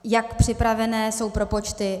Jak připravené jsou propočty?